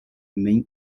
main